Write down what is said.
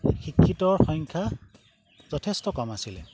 শিক্ষিতৰ সংখ্যা যথেষ্ট কম আছিলে